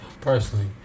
personally